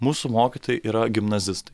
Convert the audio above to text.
mūsų mokytojai yra gimnazistai